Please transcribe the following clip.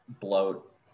bloat